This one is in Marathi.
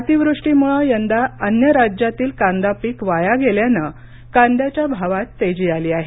अतिवृष्टीमुळे यंदा अन्य राज्यातील कांदा पिक वाया गेल्याने कांद्याच्या भावात तेजी आली आहे